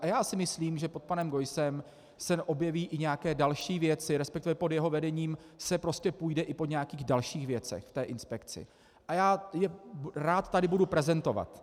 Já si myslím, že pod panem Geussem se objeví i nějaké další věci, resp. pod jeho vedením se prostě půjde i po nějakých dalších věcech v té inspekci, a já je rád tady budu prezentovat.